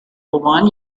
one